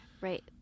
Right